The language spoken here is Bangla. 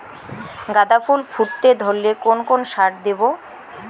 গাদা ফুল ফুটতে ধরলে কোন কোন সার দেব?